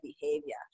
behavior